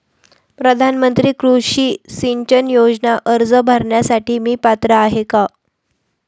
प्रधानमंत्री कृषी सिंचन योजना अर्ज भरण्यासाठी मी पात्र आहे का?